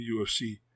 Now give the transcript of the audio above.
UFC